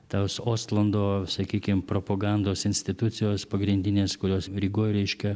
tos ostlando sakykime propagandos institucijos pagrindinės kurios rygoj reiškia